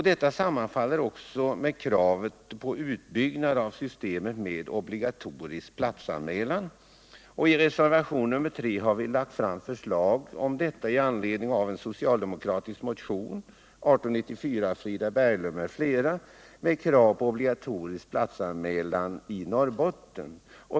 Detta sammanfaller också med kravet på utbyggnad av systemet med obligatorisk platsanmälan. I reservationen 3 har vi med anledning av en socialdemokratisk motion nr 1894 av Frida Berglund m.fl. lagt fram förslag om obligatorisk platsanmälan i Norrbotten.